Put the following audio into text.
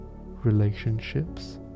relationships